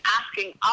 asking